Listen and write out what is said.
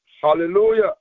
Hallelujah